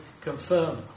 confirm